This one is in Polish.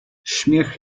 śmiech